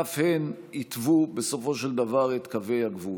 אף הם התוו בסופו של דבר את קווי הגבול.